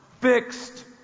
fixed